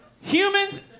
humans